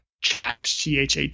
chat